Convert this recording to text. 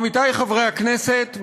עמיתי חברי הכנסת,